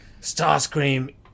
Starscream